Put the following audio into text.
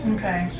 Okay